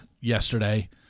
yesterday